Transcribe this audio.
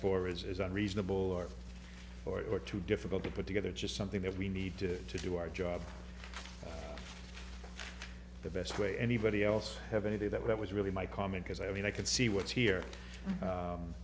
for is unreasonable or or or too difficult to put together just something that we need to do our job the best way anybody else have any that was really my comment is i mean i could see what's here